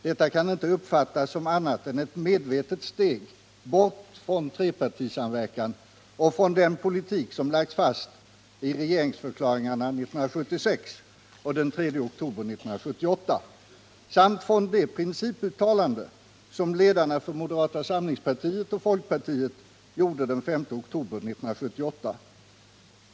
Detta kan inte uppfattas som annat än ett medvetet steg bort från en trepartisamverkan, från den politik som lagts fast i regeringsförklaringarna 1976 och den 3 oktober 1978 och från det principuttalande som ledarna för moderata samlingspartiet och folkpartiet gjorde den 5 oktober 1978.